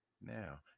now